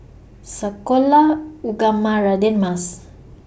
Sekolah Ugama Radin Mas